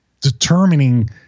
determining